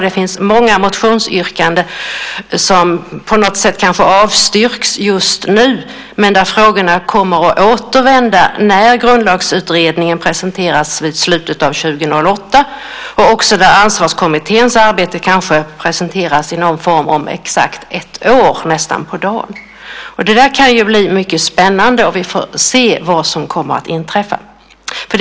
Det finns många motionsyrkanden som kanske avstyrks just nu, men där frågorna återvänder när Grundlagsutredningens arbete presenteras i slutet av 2008 och när Ansvarskommitténs arbete kanske presenteras i någon form om nästan exakt ett år. Det kan bli mycket spännande. Vi får se vad som händer.